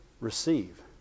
receive